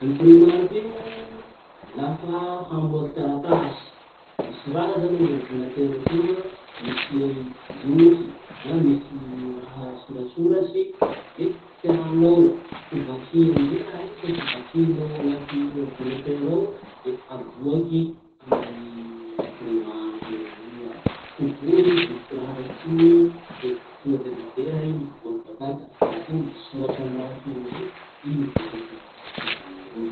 Imprimanty io, lafa hamoaky taratasy. Misy raha zany amy ordinateur atoa, misy boky na misy raha soratsoratsy, le tianao ho vaky amizay raha iny fa tsy vakinao anaty ordinateur ao, le aboaky amy imprimante io ereo. Kobohy bout- raha raiky toa le tonga de mandeha i, miboaky bakany taratasy iny, le soratsy amy raha toy amizay, i miboaky amy taratasy iny henaniky io.